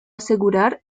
asegurar